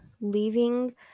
leaving